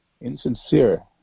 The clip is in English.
insincere